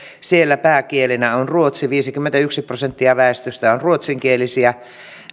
siellä pääkielenä on ruotsi viisikymmentäyksi prosenttia väestöstä on ruotsinkielisiä